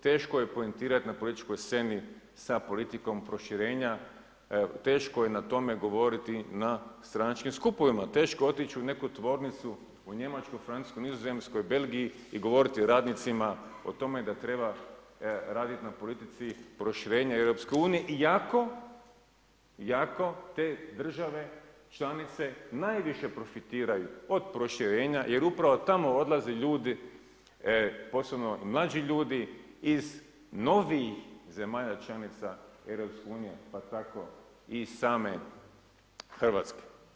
Teško je poentirati na političkoj sceni sa politikom proširenja, teško je na tome govoriti na stranačkim skupovima, teško je otići u neku tvornicu u Njemačku, Francusku, Nizozemsku u Belgiji i govoriti radnicima o tome da treba raditi na politici proširenja EU, iako te države članice najviše profitiraju od proširenja jer upravo tamo odlaze ljudi posebno mlađi ljudi iz novijih zemalja članica EU pa tako i same Hrvatske.